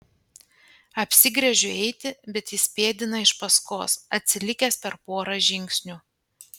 apsigręžiu eiti bet jis pėdina iš paskos atsilikęs per porą žingsnių